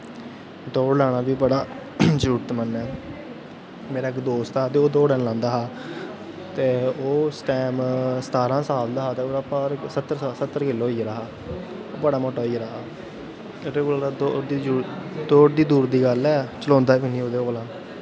दौड़ लाना बी बड़ा जरूरतमंद ऐ मेरा इक दोस्त हा ते ओह् दौड़ नेईं लांदा हा ते ओह् उस टैम सतारां साल दा हा ते ओह्दा भार सत्तर किल्लो होई गेदा हा ओह् बड़ा मोटा होई गेदा हा दौड़ ते दूर दी गल्ल ऐ चलोंदा बी नेईं हा ओह्दे कोला दा